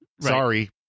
Sorry